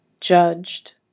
judged